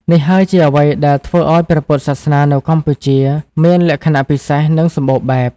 នេះហើយជាអ្វីដែលធ្វើឱ្យព្រះពុទ្ធសាសនានៅកម្ពុជាមានលក្ខណៈពិសេស និងសម្បូរបែប។